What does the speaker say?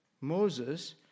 Moses